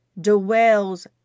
dwells